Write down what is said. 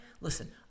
listen